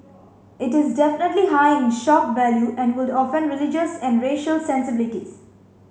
it is definitely high in shock value and would offend religious and racial sensibilities